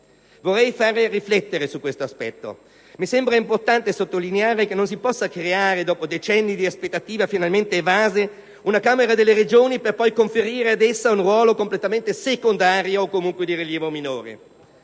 Vorrei far riflettere su questo aspetto. Mi sembra importante sottolineare che non si può creare, dopo decenni di aspettative finalmente evase, una Camera delle Regioni per poi conferire ad essa un ruolo completamente secondario o comunque di rilievo minore.